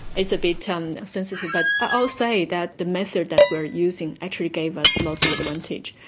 it's a bit um sensitive, but i'll say that the methods that we are using actually gave us lots of advantage.